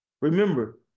Remember